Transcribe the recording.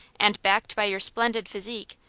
and backed by your splendid physique,